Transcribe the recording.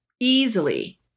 easily